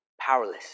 powerless